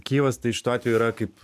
kijevas tai šituo atveju yra kaip